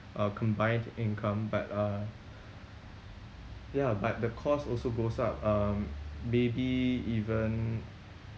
a combined income but uh ya but the cost also goes up um maybe even